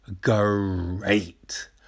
great